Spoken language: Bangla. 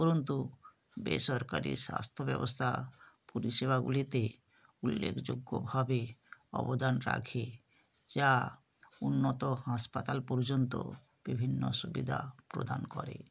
উপরন্তু বেসরকারি স্বাস্থ্যব্যবস্থা পরিষেবাগুলিতে উল্লেখযোগ্যভাবে অবদান রাখে যা উন্নত হাসপাতাল পর্যন্ত বিভিন্ন সুবিধা প্রদান করে